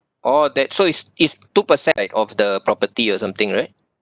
oh that so it's it's two percent like of the property or something right